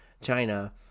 China